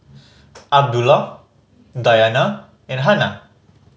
Abdullah Dayana and Hana